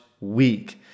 week